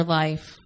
life